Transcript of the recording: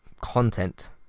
content